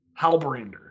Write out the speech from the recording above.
Halbrander